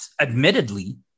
Admittedly